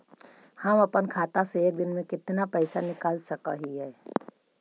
हम अपन खाता से एक दिन में कितना पैसा निकाल सक हिय?